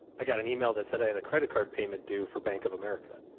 i got an email that said i had a credit card payment due for bank of america.